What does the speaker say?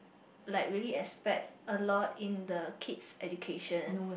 like really expect a lot in the kid's education